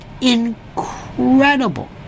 incredible